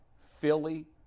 Philly